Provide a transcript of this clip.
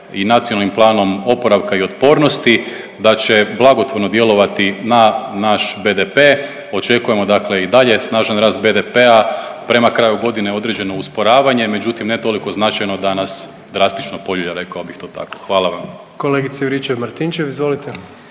i reforme koje su propisane i NPOO-om da će blagotvorno djelovati na naš BDP, očekujemo dakle i dalje snažan rast BDP-a, prema kraju godine određeno usporavanje, međutim ne toliko značajno da nas drastično poljulja rekao bih to tako, hvala vam. **Jandroković, Gordan